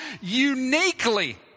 uniquely